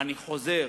אני חוזר: